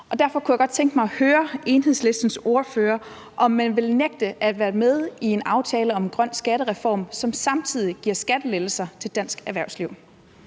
Derfor kunne jeg godt tænke mig at høre Enhedslistens ordfører, om man vil nægte at være med i en aftale om en grøn skattereform, som samtidig giver skattelettelser til dansk erhvervsliv.